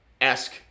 Esque